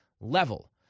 level